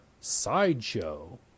Sideshow